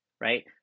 right